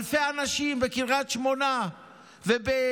אלפי אנשים בקריית שמונה ובשלומי